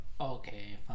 okay